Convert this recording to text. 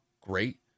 great